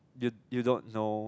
you you don't know